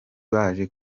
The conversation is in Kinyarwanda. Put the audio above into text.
baje